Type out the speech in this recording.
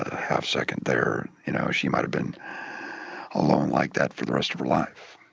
halfsecond there, you know, she might have been alone like that for the rest of her life.